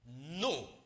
no